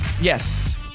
Yes